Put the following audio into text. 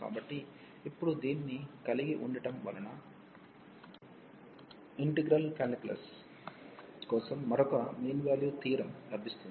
కాబట్టి ఇప్పుడు దీన్ని కలిగి ఉండటం వలన ఇంటెగ్రల్ కాలిక్యులస్ కోసం మరొక మీన్ వాల్యూ థియోరమ్ లభిస్తుంది